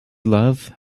love